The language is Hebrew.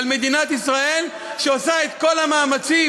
על מדינת ישראל, שעושה את כל המאמצים?